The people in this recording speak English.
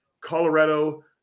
Colorado